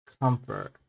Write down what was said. comfort